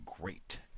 Great